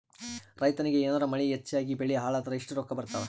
ರೈತನಿಗ ಏನಾರ ಮಳಿ ಹೆಚ್ಚಾಗಿಬೆಳಿ ಹಾಳಾದರ ಎಷ್ಟುರೊಕ್ಕಾ ಬರತ್ತಾವ?